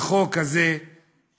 החוק הזה פסול.